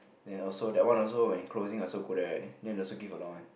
then also that one also when it closing I also go there then they also give a lot one